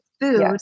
food